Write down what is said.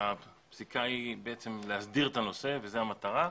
הפסיקה היא בעצם להסדיר את הנושא וזו המטרה.